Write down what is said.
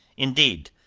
indeed,